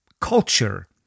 culture